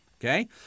okay